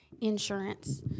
insurance